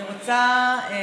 אני רוצה להתחיל את דבריי